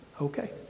okay